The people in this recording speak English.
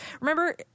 Remember